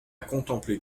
contempler